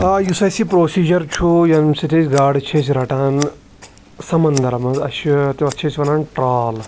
آ یُس اَسہِ یہِ پروسیٖجَر چھُ ییٚمہِ سۭتۍ أسۍ گاڈٕ چھِ أسۍ رَٹان سَمَندَر مَنٛزٕ اَسہِ چھِ تَتھ چھِ أسۍ وَنان ٹرال